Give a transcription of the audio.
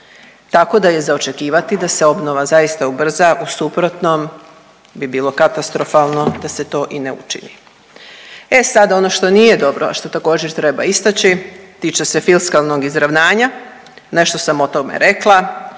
Tako da je za očekivati da se obnova zaista ubrza u suprotnom bi bilo katastrofalno da se to i ne učini. E sad ono što nije dobro, a što također treba istači tiče se fiskalnog izravnanja, nešto sam o tome rekla